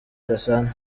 gasana